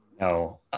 No